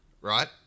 right